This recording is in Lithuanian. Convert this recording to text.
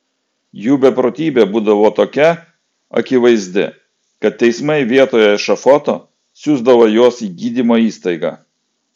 jų beprotybė būdavo tokia akivaizdi kad teismai vietoje ešafoto siųsdavo juos į gydymo įstaigą